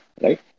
Right